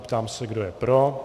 Ptám se, kdo je pro.